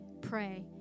pray